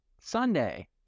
Sunday